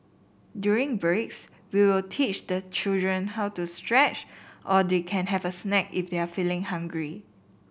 during breaks we will teach the children how to stretch or they can have a snack if they're feeling hungry